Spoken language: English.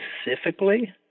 specifically